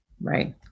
Right